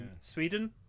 Sweden